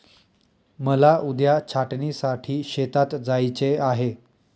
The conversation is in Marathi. मला उद्या छाटणीसाठी शेतात जायचे आहे